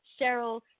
Cheryl